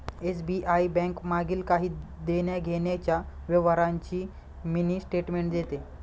SBI bank मागील काही देण्याघेण्याच्या व्यवहारांची मिनी स्टेटमेंट देते